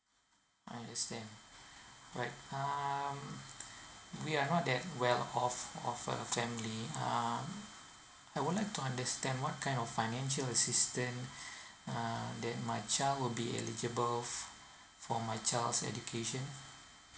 I understand right um we are not that well off of a family um I would like to understand what kind of financial assistance uh that my child would be eligible for my child's education